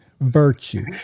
virtue